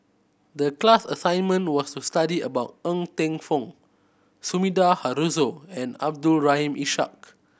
the class assignment was to study about Ng Teng Fong Sumida Haruzo and Abdul Rahim Ishak